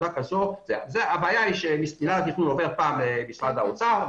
הבעיה היא שמטה התכנון עבר למשרד האוצר,